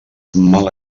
mala